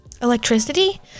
electricity